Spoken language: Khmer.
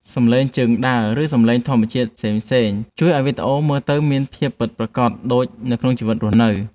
សំឡេងជើងដើរ ឬ សំឡេងធម្មជាតិផ្សេងៗជួយឱ្យវីដេអូមើលទៅមានភាពពិតប្រាកដដូចនៅក្នុងជីវិតរស់នៅ។